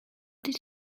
did